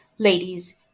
Ladies